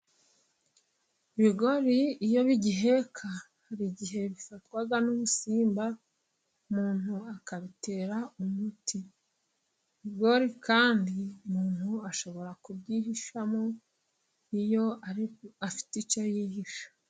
Ibigori iyo bigiheka hari igihe bifatwa n'udusimba. Umuntu akabitera umuti. Ibigori kandi umuntu ashobora kubyihishamo, iyo ari afite icyo yihisha.